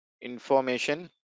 Information